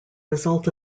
result